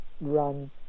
run